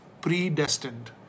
predestined